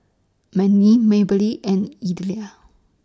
Mandy Maybelle and Elida